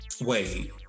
Wait